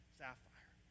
sapphire